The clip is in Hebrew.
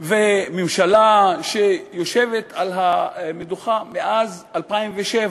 וממשלה שיושבת על המדוכה מאז 2007,